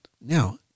Now